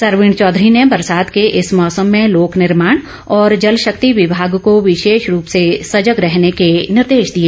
सरवीण चौधरी ने बरसात के इस मौसम में लोक निर्माण और जल शक्ति विभाग को विशेष रूप से सजग रहने के निर्देश दिए